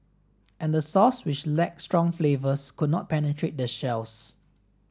and the sauce which lacked strong flavours could not penetrate the shells